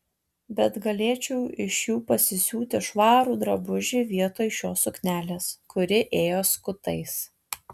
bet galėčiau iš jų pasisiūti švarų drabužį vietoj šios suknelės kuri ėjo skutais